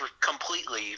completely